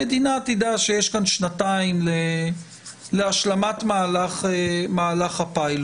המדינה תדע שיש כאן שנתיים להשלמת מהלך הפיילוט.